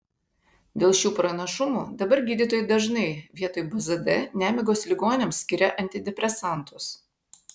dėl šių pranašumų dabar gydytojai dažnai vietoj bzd nemigos ligoniams skiria antidepresantus